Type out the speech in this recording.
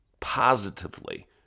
positively